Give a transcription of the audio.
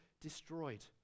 destroyed